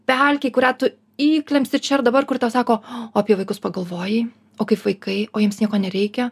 pelkėj kurią tu įklimpsi čia ir dabar kur tau sako o apie vaikus pagalvoji o kaip vaikai o jiems nieko nereikia